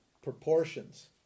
proportions